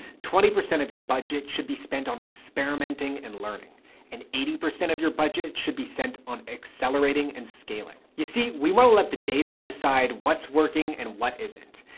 twenty percent of your budget should be spent on experimenting and learning and eighty percent of your budget should be spent on accelerating and scaling. you see, we want to let the data decide what's working and what isn't,